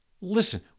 Listen